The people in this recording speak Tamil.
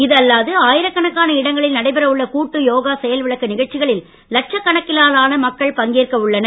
இது அல்லாது ஆயிரக்கணக்கான இடங்களில் நடைபெற உள்ள கூட்டு யோகா செயல் விளக்க நிகழ்ச்சிகளில் லட்சக்கணக்கிலான மக்கள் பங்கேற்க உள்ளனர்